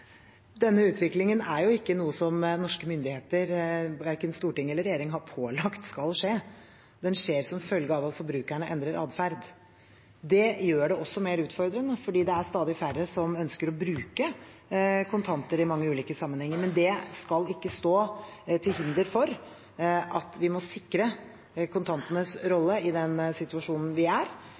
ikke noe som norske myndigheter, verken storting eller regjering, har pålagt skal skje. Den skjer som følge av at forbrukerne endrer atferd. Det gjør det også mer utfordrende, for det er stadig færre som ønsker å bruke kontanter i mange ulike sammenhenger. Men det skal ikke være til hinder for at vi må sikre kontantenes rolle i den situasjonen vi er.